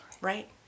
Right